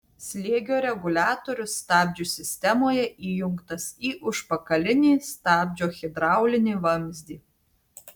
slėgio reguliatorius stabdžių sistemoje įjungtas į užpakalinį stabdžio hidraulinį vamzdį